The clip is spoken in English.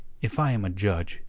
if i am a judge,